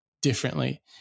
differently